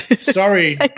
Sorry